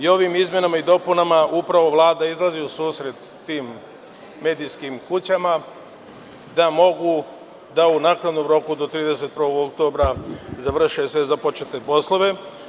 Ovim izmenama i dopunama upravo Vlada izlazi u susret tim medijskim kućama da mogu da u naknadnom roku do 31. oktobra završe sve započete poslove.